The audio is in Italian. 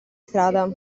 strada